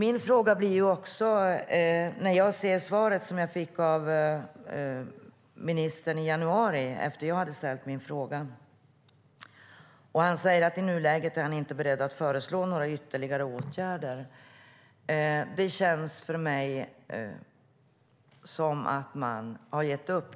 I svaret som jag fick av ministern i januari efter det att jag hade ställt min fråga säger han att han i nuläget inte är beredd att föreslå några ytterligare åtgärder. Det känns för mig som att man har gett upp.